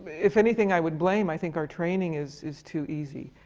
if anything, i would blame i think our training is is too easy.